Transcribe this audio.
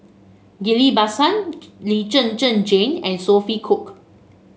Ghillie Basan Lee Zhen Zhen Jane and Sophia Cooke